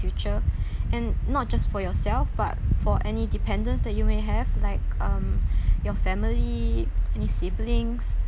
future and not just for yourself but for any dependents that you may have like um your family any siblings